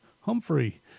Humphrey